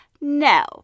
no